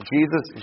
Jesus